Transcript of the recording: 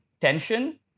tension